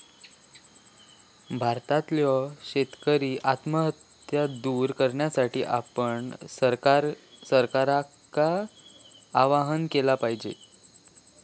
भारतातल्यो शेतकरी आत्महत्या दूर करण्यासाठी आपण सरकारका आवाहन केला पाहिजे